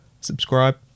Subscribe